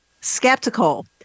skeptical